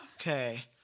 okay